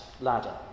ladder